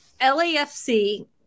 lafc